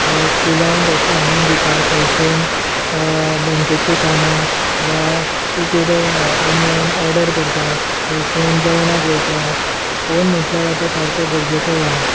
स्कुलांत एसायनमेंट दिता थंयसून बँकेची कामां वा तूं कितें ऑनलायन ऑर्डर करता थंयसून जेवणाक वयता फोन म्हटल्यार सारको आता गरजेचो जाला